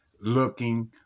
looking